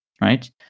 Right